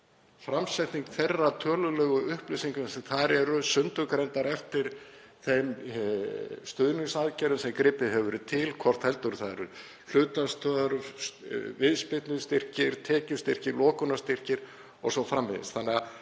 framsetning þeirra tölulegu upplýsinga sem þar eru sundurgreindar eftir þeim stuðningsaðgerðum sem gripið hefur verið til, hvort heldur það eru hlutastörf, viðspyrnustyrkir, tekjustyrkir, lokunarstyrkir o.s.frv., sé